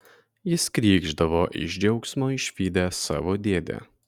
jis krykšdavo iš džiaugsmo išvydęs savo dėdę